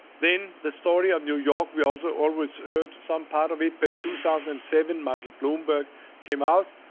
then the story of new york. we also always heard some part of it. but two thousand and seven, michael bloomberg came out